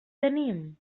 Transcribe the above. tenim